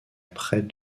près